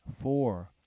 four